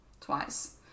twice